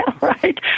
right